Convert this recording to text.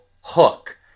hook